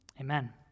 amen